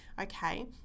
Okay